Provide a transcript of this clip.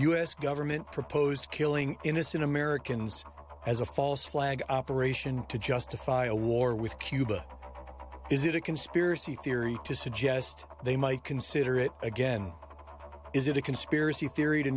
us government proposed killing innocent american flag operation to justify a war with cuba visit a conspiracy theory to suggest they might consider it again is it a conspiracy theory to